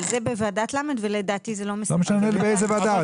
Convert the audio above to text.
אבל זה בוועדת ל' ולדעתי זה לא --- זה לא משנה באיזה ועדה.